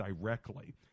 directly